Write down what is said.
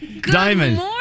Diamond